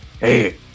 Hey